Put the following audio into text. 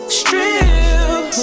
strip